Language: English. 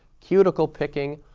cuticle picking,